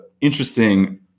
interesting